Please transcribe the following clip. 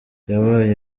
yabaye